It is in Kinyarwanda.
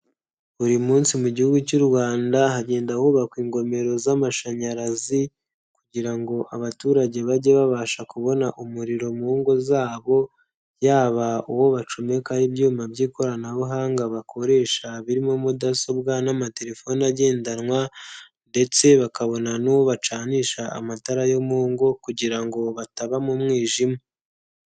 Buri munsi mu gihugu cy'u Rwanda hagenda hubakwa ingomero z'amashanyarazi kugira ngo abaturage bajye babasha kubona umuriro mu ngo zabo, yaba uwo bacomekaho ibyuma by'ikoranabuhanga bakoresha birimo mudasobwa n'amatelefone agendanwa ndetse bakabona n'uwo bacanisha amatara yo mu ngo kugira ngo bataba mu mwijima.